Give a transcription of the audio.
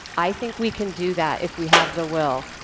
i think we can do that if we have the will.